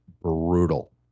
brutal